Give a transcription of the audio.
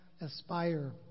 aspire